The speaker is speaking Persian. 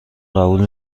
قبول